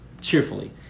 Cheerfully